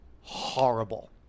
horrible